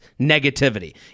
negativity